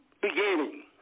beginning